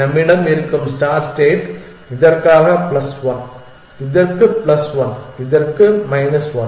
நம்மிடம் இருக்கும் start state இதற்காக பிளஸ் 1 இதற்கு பிளஸ் 1 இதற்கு மைனஸ் 1